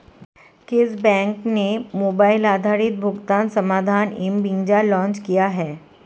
किस बैंक ने मोबाइल आधारित भुगतान समाधान एम वीज़ा लॉन्च किया है?